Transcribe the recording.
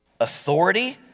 authority